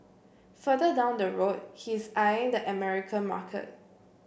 further down the road he is eyeing the American market